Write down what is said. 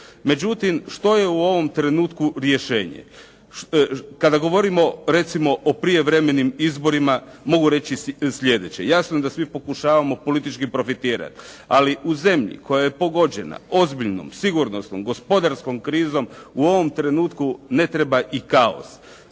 Međutim, što je u ovom trenutku rješenje? Kada govorimo recimo o prijevremenim izborima mogu reći sljedeće. Jasno da svi pokušavamo politički profitirati, ali u zemlji koja je pogođena ozbiljnom sigurnosnom, gospodarskom krizom u ovom trenutku ne treba i kaos.